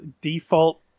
default